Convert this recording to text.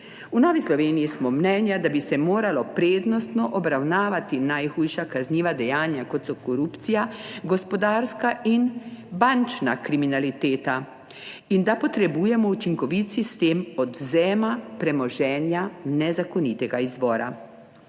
V Novi Sloveniji menimo, da bi se moralo prednostno obravnavati najhujša kazniva dejanja, kot so korupcija, gospodarska in bančna kriminaliteta, in da potrebujemo učinkovit sistem odvzema premoženja nezakonitega izvora.